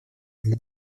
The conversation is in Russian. для